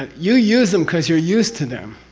ah you use them because you're used to them,